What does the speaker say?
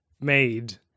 made